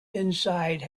inside